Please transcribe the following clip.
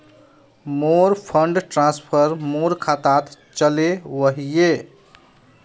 मोर fund transfer मोर खातात चले वहिये